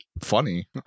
funny